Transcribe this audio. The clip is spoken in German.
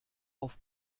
auf